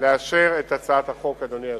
לאשר את הצעת החוק, אדוני היושב-ראש.